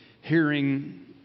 hearing